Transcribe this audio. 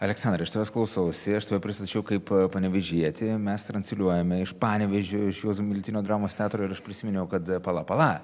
aleksandrai aš tavęs klausausi aš save pristačiau kaip panevėžietį mes transliuojame iš panevėžio iš juozo miltinio dramos teatro ir aš prisiminiau kad pala pala